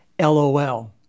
LOL